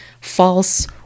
false